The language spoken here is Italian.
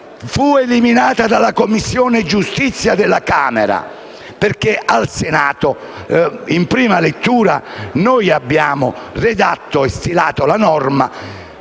fu eliminata dalla Commissione giustizia della Camera dei deputati, perché al Senato, in prima lettura, abbiamo redatto e stilato la norma